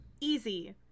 easy